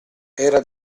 era